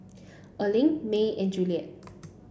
Erling May and Juliette